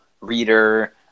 reader